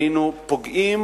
היינו פוגעים